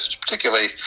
particularly